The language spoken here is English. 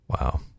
Wow